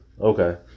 Okay